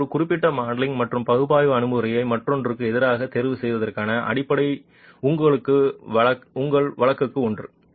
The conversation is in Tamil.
இது ஒரு குறிப்பிட்ட மாடலிங் மற்றும் பகுப்பாய்வு அணுகுமுறையை மற்றொன்றுக்கு எதிராக தேர்வு செய்வதற்கான அடிப்படையை உங்களுக்கு வழங்கும் ஒன்று